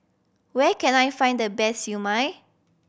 where can I find the best Siew Mai